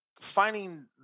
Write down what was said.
finding